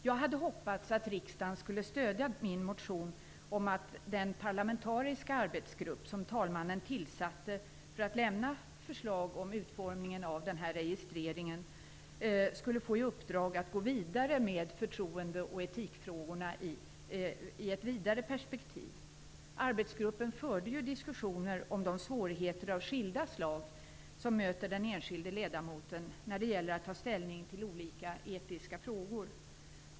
Jag hade hoppats att riksdagen skulle stödja min motion om att den parlamentariska arbetsgruppen, som talmannen tillsatte, som skulle lämna förslag om utformningen av den här registreringen skulle få i uppdrag att gå vidare med förtroende och etikfrågorna i ett vidare perspektiv. Arbetsgruppen förde ju diskussioner om de svårigheter av skilda slag som möter den enskilde ledamoten när det gäller att ta ställning till olika etiska frågor.